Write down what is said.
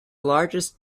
largest